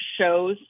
shows